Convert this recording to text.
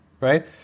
right